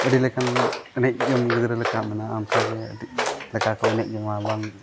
ᱟᱹᱰᱤ ᱞᱮᱠᱟᱱ ᱮᱱᱮᱡ ᱡᱚᱝ ᱜᱤᱫᱽᱨᱟᱹ ᱞᱮᱠᱟ ᱢᱟᱱᱮ ᱚᱱᱠᱟᱜᱮ ᱟᱹᱰᱤ ᱞᱮᱠᱟ ᱠᱚ ᱮᱱᱮᱡ ᱡᱚᱝᱟ ᱵᱟᱝ